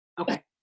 Okay